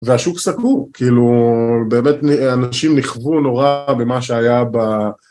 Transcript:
והשוק סגור, כאילו באמת אנשים נכוו נורא במה שהיה ב...